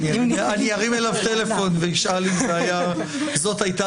אני ארים אליו טלפון ואשאל אם זאת הייתה